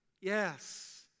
Yes